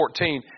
14